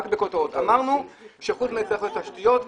אמרנו שצריכות להיות תשתיות,